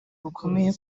bukomeye